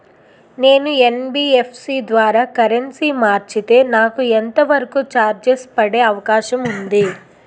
నేను యన్.బి.ఎఫ్.సి ద్వారా కరెన్సీ మార్చితే నాకు ఎంత వరకు చార్జెస్ పడే అవకాశం ఉంది?